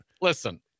Listen